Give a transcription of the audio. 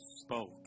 spoke